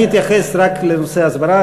אני אתייחס רק לנושא ההסברה,